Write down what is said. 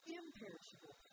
imperishable